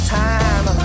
time